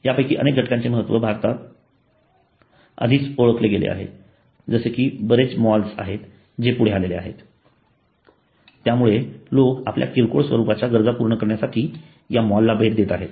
यापैकी अनेक घटकांचे महत्व भारतात आधीच ओळखले गेले आहे आणि असे बरेच मॉल्स आहेत जे पुढे आले आहेत त्यामुळे लोक आपल्या किरकोळ स्वरूपाच्या गरजा पूर्ण करण्यासाठी या मॉलला भेट देत आहेत